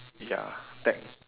ya tech~